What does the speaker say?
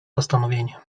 postanowienie